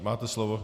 Máte slovo.